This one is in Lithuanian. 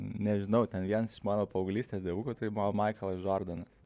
nežinau ten viens iš mano paauglystės dievukų tai buvo maiklas džordanas